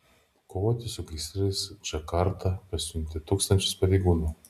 kovoti su gaisrais džakarta pasiuntė tūkstančius pareigūnų